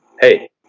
hey